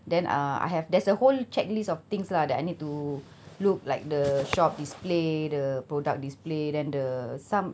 then uh I have there's a whole checklist of things lah that I need to look like the shop display the product display then the some